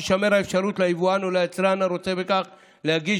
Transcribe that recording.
תישמר האפשרות ליבואן או ליצרן הרוצה בכך להגיש